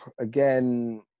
again